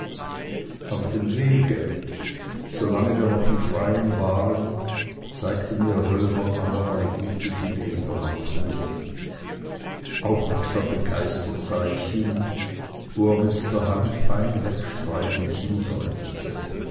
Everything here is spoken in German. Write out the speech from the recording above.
auf dem wege solange wir noch im freien waren zeigte mir römer allerlei gute dinge in der natur aufmerksam begeistert sah ich hin wo er mit der hand fein wegstreichend hindeutete